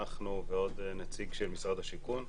אנחנו ועוד נציג של משרד השיכון.